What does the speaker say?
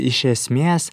iš esmės